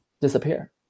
disappear